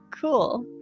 Cool